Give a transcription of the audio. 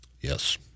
Yes